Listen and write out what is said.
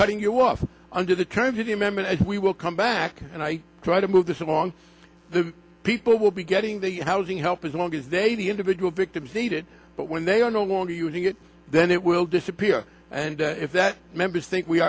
cutting you off under the terms of the amendment as we will come back and i try to move this along the people will be getting the housing help as long as they the individual victims eat it but when they are no longer using it then it will disappear and if that members think we